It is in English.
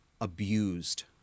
abused